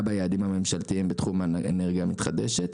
ביעדים הממשלתיים בתחום אנרגיה מתחדשת.